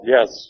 Yes